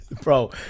bro